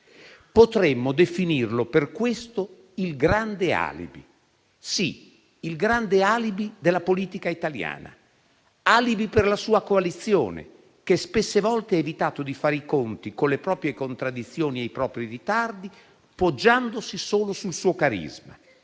Potremmo definirlo per questo il grande alibi, sì, il grande alibi della politica italiana: alibi per la sua coalizione, che spesso ha evitato di fare i conti con le proprie contraddizioni e i propri ritardi, poggiandosi solo sul suo carisma;